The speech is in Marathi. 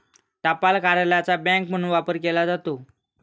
टपाल कार्यालयाचा बँक म्हणून वापर केला जातो